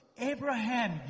Abraham